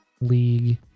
League